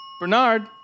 Bernard